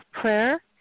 prayer